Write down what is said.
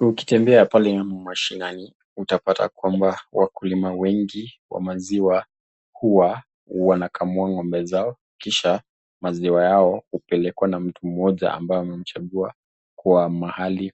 ukitembea pale mashinani utapata kwamba wakulima wengi wa maziwa huwa wanakamua ng'ombe zao kisha maziwa yao upelekwa na mtu moja ambaye wamemchagua kuwa mahali